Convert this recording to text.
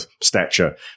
stature